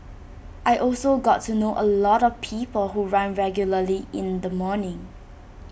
I also got to know A lot of people who run regularly in the morning